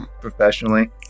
professionally